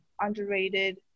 underrated